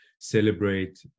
celebrate